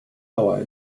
dauer